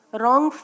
wrong